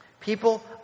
People